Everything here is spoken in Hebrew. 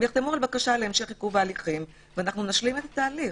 הם יחתמו על בקשה להמשך עיכוב ההליכים ונשלים את התהליך.